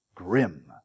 grim